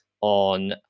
on –